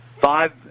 five